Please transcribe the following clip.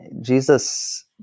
Jesus